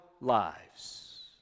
lives